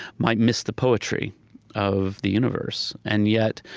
might miss the poetry of the universe. and yet,